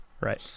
Right